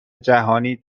جهانی